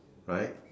right